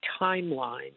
timeline